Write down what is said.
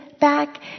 back